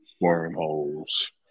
wormholes